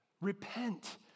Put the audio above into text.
Repent